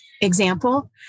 example